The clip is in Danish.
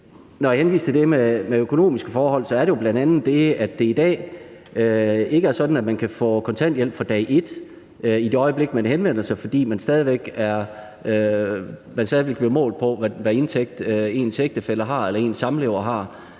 Når jeg henviste til det med økonomiske forhold, er det jo bl.a., fordi det i dag ikke er sådan, at man kan få kontanthjælp fra dag et i det øjeblik, man henvender sig, fordi man stadig væk bliver målt på, hvad indtægt ens ægtefælle eller samlever har.